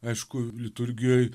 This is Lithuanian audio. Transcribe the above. aišku liturgijoj